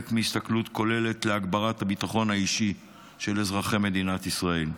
מהסתכלות כוללת להגברת הביטחון האישי של אזרחי מדינת ישראל.